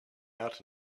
out